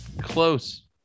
Close